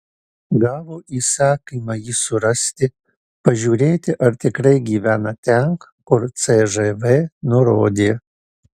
gavo įsakymą jį surasti pažiūrėti ar tikrai gyvena ten kur cžv nurodė